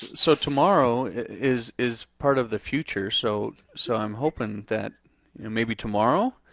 so tomorrow is is part of the future, so so i'm hoping that maybe tomorrow?